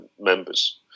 members